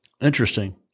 Interesting